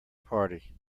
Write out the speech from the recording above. party